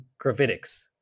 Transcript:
gravitics